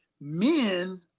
Men